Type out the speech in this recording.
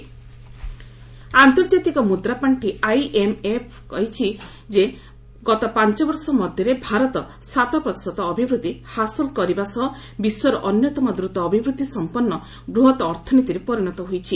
IMF India ଆନ୍ତର୍ଜାତିକ ମୁଦ୍ରା ପାଣ୍ଡି ଆଇଏମ୍ଏଫ୍ କହିଛି ଯେ ଭାରତ ଗତ ପାଞ୍ଚ ବର୍ଷ ମଧ୍ୟରେ ଭାରତ ସାତ ପ୍ରତିଶତ ଅଭିବୃଦ୍ଧି ହାସଲ କରିବା ସହ ବିଶ୍ୱର ଅନ୍ୟତମ ଦ୍ରତ ଅଭିବୃଦ୍ଧି ସମ୍ପନ୍ନ ବୃହତ୍ ଅର୍ଥନୀତିରେ ପରିଣତ ହୋଇଛି